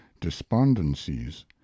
despondencies